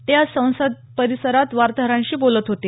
ते आज संसद परिसरात वार्ताहरांशी बोलत होते